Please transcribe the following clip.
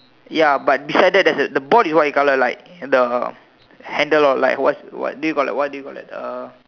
ya but beside that there's the board is white in colour like the handle or what what do you call that what do you call that uh